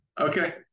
Okay